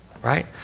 Right